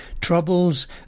Troubles